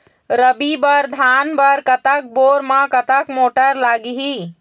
रबी बर धान बर कतक बोर म कतक मोटर लागिही?